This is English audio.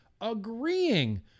agreeing